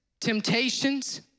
temptations